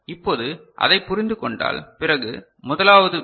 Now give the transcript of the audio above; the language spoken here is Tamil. இப்போது அதைப் புரிந்து கொண்டால் பிறகு முதலாவது பி